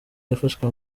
yafashwe